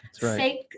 fake